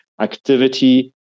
activity